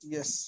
Yes